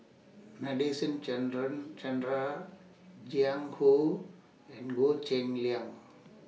Nadasen Chandra Chandra Jiang Hu and Goh Cheng Liang